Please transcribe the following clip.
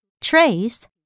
trace